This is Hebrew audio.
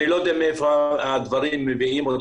אני לא יודע מאיפה מביאים את הדברים.